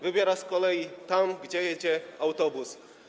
Wybiera z kolei szkoły tam, gdzie jedzie autobus.